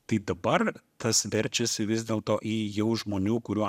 tai dabar tas verčiasi vis dėlto į jau žmonių kurių